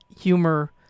humor